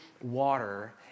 water